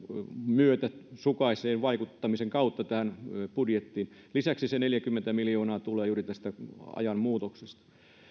myötäsukaisen vaikuttamisen kautta tähän budjettiin lisäksi se neljäkymmentä miljoonaa tulee juuri tästä ajan muutoksesta